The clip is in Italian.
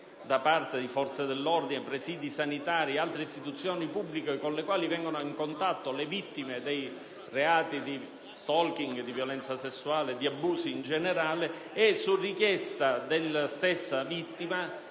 da parte di forze dell'ordine, presidi sanitari e altre istituzioni pubbliche con le quali entrano in contatto le vittime di reati di *stalking*, di violenza sessuale e di abuso in generale. Su richiesta della stessa vittima